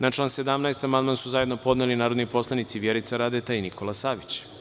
Na član 17. amandman su zajedno podneli narodni poslanici Vjerica Radeta i Nikola Savić.